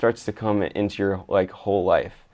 starts to come into your like whole life